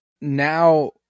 now